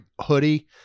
hoodie